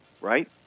right